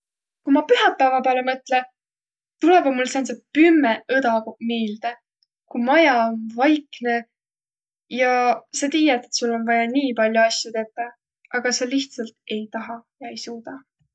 Ku ma pühäpäävä pääle mõtlõ, tulõvaq mul sääntseq pümmeq õdaguq miilde, ku maja om vaiknõ ja sa tiiät, et sul om vaja nii pall'o asju tetäq, aga sa lihtsält ei tahaq ja ei suudaq.